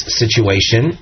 situation